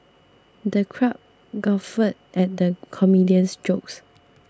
the crowd guffawed at the comedian's jokes